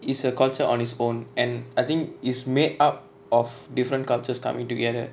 it's a culture on its own and I think it's made up of different cultures coming together